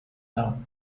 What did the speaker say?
now